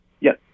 Yes